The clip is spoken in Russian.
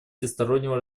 всестороннего